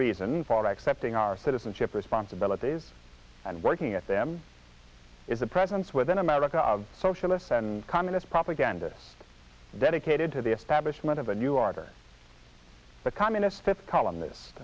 reason for accepting our citizenship responsibilities and working at them is a presence within america of socialist and communist propaganda dedicated to the establishment of a new art or the communist fifth column this